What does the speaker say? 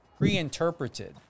preinterpreted